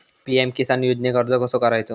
PM Kisan योजनेक अर्ज कसो करायचो?